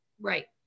Right